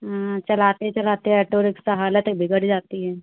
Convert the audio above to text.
हाँ चलाते चलाते ऑटो रिक्शा हालत बिगड़ जाती है